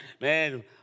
man